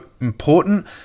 important